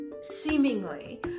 seemingly